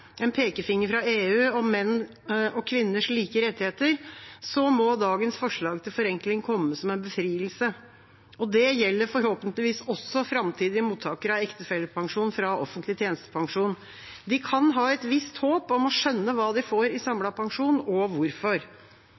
en pekefinger fra EU om menn og kvinners like rettigheter, må dagens forslag til forenkling komme som en befrielse. Det gjelder forhåpentligvis også framtidige mottakere av ektefellepensjon fra offentlig tjenestepensjon. De kan ha et visst håp om å skjønne hva de får i samlet pensjon, og hvorfor.